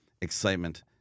excitement